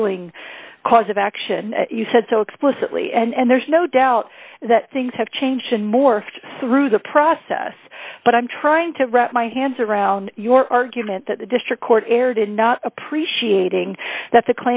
dealing cause of action and you said so explicitly and there's no doubt that things have changed and morphed through the process but i'm trying to wrap my hands around your argument that the district court erred in not appreciating that the